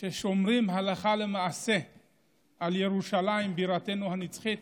ששומרים הלכה למעשה על ירושלים בירתנו הנצחית